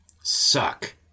suck